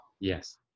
Yes